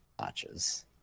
notches